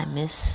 miss